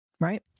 right